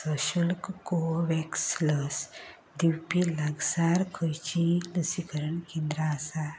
सशुल्क कोवोव्हॅक्स लस दिवपी लगसार खंयचींय लसीकरण केंद्रां आसात